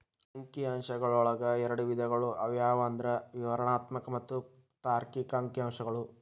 ಅಂಕಿ ಅಂಶಗಳೊಳಗ ಎರಡ್ ವಿಧಗಳು ಅವು ಯಾವಂದ್ರ ವಿವರಣಾತ್ಮಕ ಮತ್ತ ತಾರ್ಕಿಕ ಅಂಕಿಅಂಶಗಳು